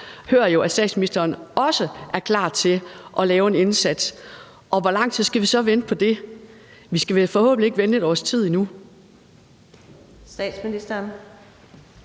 hører jo, at statsministeren også er klar til at lave en indsats, og hvor lang tid skal vi så vente på det? Vi skal vel forhåbentlig ikke vente et års tid endnu?